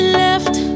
left